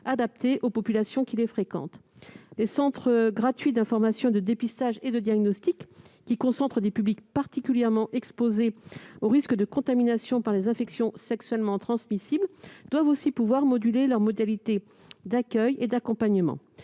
adaptée aux populations qui les fréquentent. Les centres gratuits d'information, de dépistage et de diagnostic, les Cegidd, qui concentrent des publics particulièrement exposés aux risques de contamination par les infections sexuellement transmissibles, doivent aussi pouvoir moduler leurs modalités d'accueil et d'accompagnement.